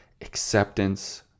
acceptance